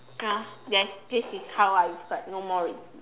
ya there's this is how I describe no more already